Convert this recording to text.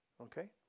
Okay